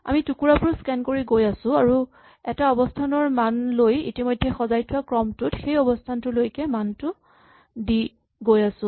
আমি টুকুৰাবোৰ স্কেন কৰি গৈ আছো আৰু এটা অৱস্হানৰ মান লৈ ইতিমধ্যে সজাই থোৱা ক্ৰমটোত সেই অৱস্হানটোলৈকে মানটো দি গৈ আছো